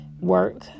work